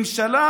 ממשלה